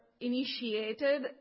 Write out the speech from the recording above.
initiated